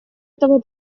этого